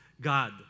God